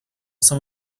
some